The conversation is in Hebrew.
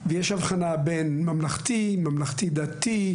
ויש הבחנה בין ממלכתי, ממלכתי-דתי.